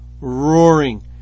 roaring